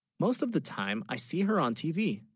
most of the time i see her on tv